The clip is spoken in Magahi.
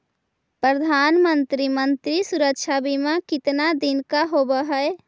प्रधानमंत्री मंत्री सुरक्षा बिमा कितना दिन का होबय है?